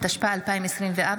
התשפ"ה 2024,